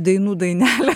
dainų dainelė